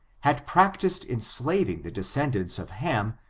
had practiced enslaving the descendants of ham,